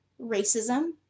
racism